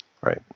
Right